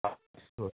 हा अस्तु